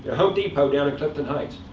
home depot down on clifton heights.